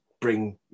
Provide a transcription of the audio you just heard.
bring